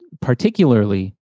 particularly